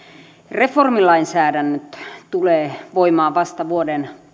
reformilainsäädännöt tulevat voimaan vasta vuoden